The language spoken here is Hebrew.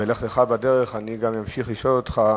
בלכתך בדרך, אני אמשיך לשאול אותך,